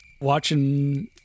watching